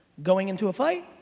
going into a fight,